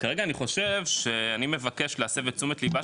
כרגע אני חושב שאני מבקש להסב את תשומת ליבה